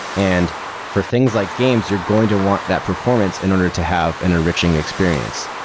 and for things like games, you're going to want that performance in order to have an enriching experience.